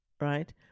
Right